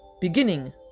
beginning